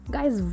Guys